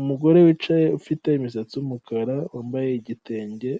Umugore wicaye ufite imisatsi y'umukara wambaye igitenge,